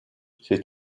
c’est